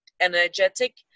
energetic